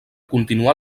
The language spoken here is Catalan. continuar